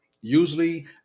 usually